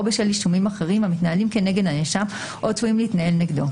בשל אישומים אחרים המתנהלים כנגד הנאשם או צפויים להתנהל נגדו,